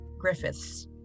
Griffiths